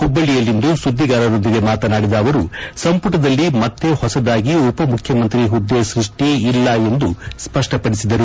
ಹುಬ್ಲಳ್ಳಯಲ್ಲಿಂದು ಸುದ್ದಿಗಾರರೊಂದಿಗೆ ಮಾತನಾಡಿದ ಅವರು ಸಂಪುಟದಲ್ಲಿ ಮತ್ತೆ ಹೊಸದಾಗಿ ಉಪಮುಖ್ಯಮಂತ್ರಿ ಹುದ್ದೆ ಸೃಷ್ಠಿ ಇಲ್ಲ ಎಂದು ಸ್ಪಷ್ಟಪಡಿಸಿದರು